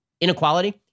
inequality